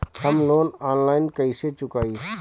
हम loan online कइसे चुकाई?